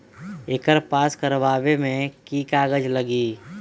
एकर पास करवावे मे की की कागज लगी?